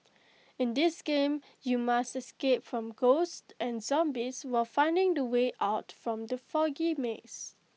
in this game you must escape from ghosts and zombies while finding the way out from the foggy maze